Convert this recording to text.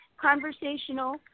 conversational